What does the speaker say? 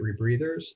rebreathers